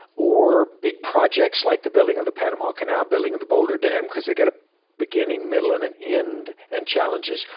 or big projects like the building of the panama canal, building of the boulder dam, because they've got a beginning, middle and and end, and challenges.